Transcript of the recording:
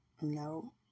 No